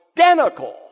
identical